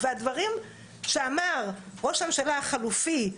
והדברים שאמר ראש הממשלה החליפי,